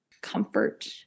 comfort